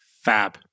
Fab